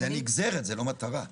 זו נגזרת, לא מטרה.